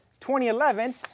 2011